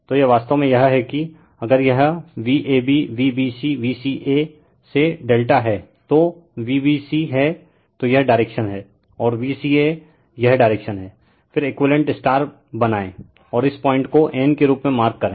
तो यह वास्तव में यह है कि अगर यह Vab Vbc Vcaसे Δ है तो Vbc हैं तो यह डायरेक्शन हैं और Vca यह डायरेक्शन हैं फिर एकुईवेलेंट स्टार बनाएं और इस पॉइंट को n के रूप में मार्क करें